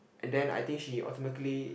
and then I think she automatically